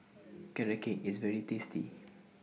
Carrot Cake IS very tasty